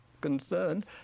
concerned